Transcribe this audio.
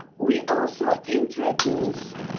we also introduced